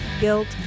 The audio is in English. guilt